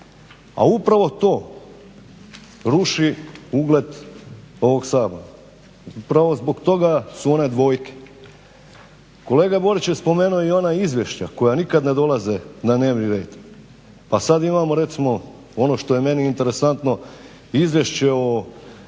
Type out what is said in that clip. A upravo to ruši ugled ovog Sabora. Upravo zbog toga su one dvojke. Kolega Borić je spomenuo i ona izvješća koja nikad ne dolaze na dnevni red. Pa sad imamo recimo ono što je meni interesantno Izvješće o